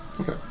Okay